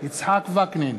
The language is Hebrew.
יצחק וקנין,